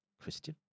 Christian